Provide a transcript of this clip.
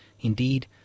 Indeed